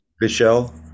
michelle